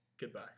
Goodbye